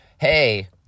hey